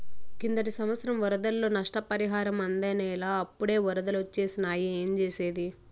కిందటి సంవత్సరం వరదల్లో నష్టపరిహారం అందనేలా, అప్పుడే ఒరదలొచ్చేసినాయి ఏంజేసేది